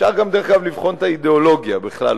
אפשר דרך אגב לבחון את האידיאולוגיה בכלל,